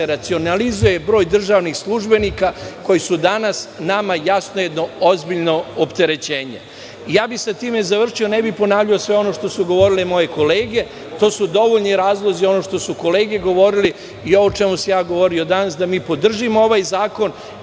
racionalizuje broj državnih službenika, koji su danas nama jedno ozbiljno opterećenje. Ja bih sa time završio. Ne bih ponavljao sve ono što su govorile moje kolege. To su dovoljni razlozi, ono što su kolege govorile i ovo o čemu sam govorio danas, da mi podržimo ovaj zakon,